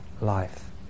life